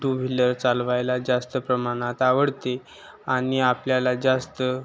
to wheeler चालवायला जास्त प्रमाणात आवडते आणि आपल्याला जास्त